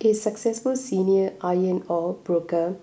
a successful senior iron ore broker